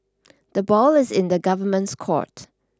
the ball is in the Government's court